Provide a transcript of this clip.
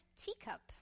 teacup